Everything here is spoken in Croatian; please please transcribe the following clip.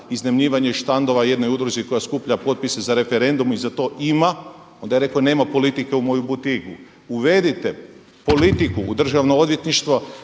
iznajmljivanje štandova jednoj udruzi koja skuplja potpise za referendum i za to ima. Onda je rekao nema politike u moju butigu. Uvedite politiku u državno odvjetništvo,